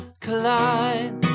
collide